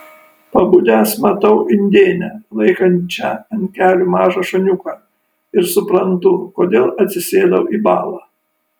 pabudęs matau indėnę laikančią ant kelių mažą šuniuką ir suprantu kodėl atsisėdau į balą